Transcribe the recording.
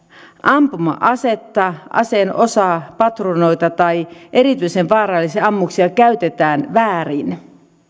ampuma asetta aseen osaa patruunoita tai erityisen vaarallisia ammuksia käytetään väärin